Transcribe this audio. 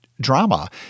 drama